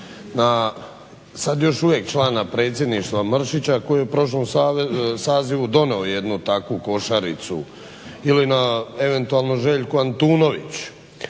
na sad još uvijek člana Predsjedništva Mršića koji je u prošlom sazivu donio jednu takvu košaricu ili na eventualno Željku Antunović